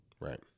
Right